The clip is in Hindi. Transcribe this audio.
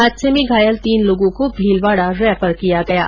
हादसे में घायल तीन लोगो को भीलवाडा रैफर किया गया है